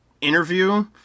interview